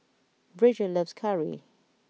Bridger loves curry